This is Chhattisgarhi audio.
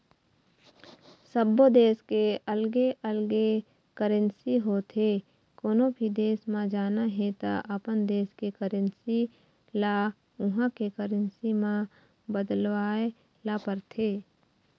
सब्बो देस के अलगे अलगे करेंसी होथे, कोनो भी देस म जाना हे त अपन देस के करेंसी ल उहां के करेंसी म बदलवाए ल परथे